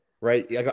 right